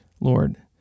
Lord